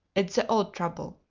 it's the old trouble.